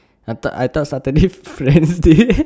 I thought I thought saturday friend's day